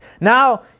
Now